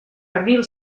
pernil